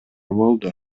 болду